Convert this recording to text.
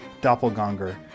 doppelganger